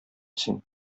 син